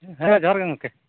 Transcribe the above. ᱦᱮᱸ ᱡᱚᱦᱟᱨ ᱜᱮ ᱜᱚᱢᱠᱮ